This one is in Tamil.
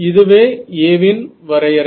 இதுவே A வின் வரையறை